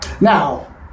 Now